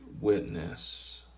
witness